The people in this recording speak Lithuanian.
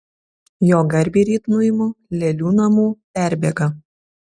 jo garbei ryt nuimu lėlių namų perbėgą